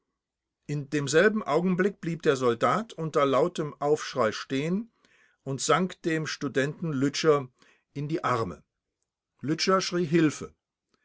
in demselben augenblick blieb der soldat unter lautem aufschrei stehen und sank dem studenten lütscher in die arme lütscher schrie hilfe